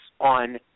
on